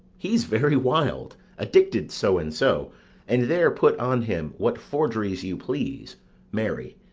he's very wild addicted so and so and there put on him what forgeries you please marry,